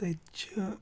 تٔتۍ چھِ